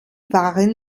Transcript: waren